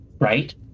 right